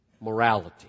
morality